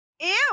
Ew